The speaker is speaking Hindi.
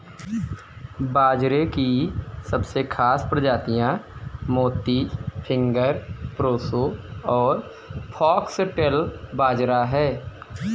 बाजरे की सबसे खास प्रजातियाँ मोती, फिंगर, प्रोसो और फोक्सटेल बाजरा है